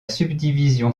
subdivision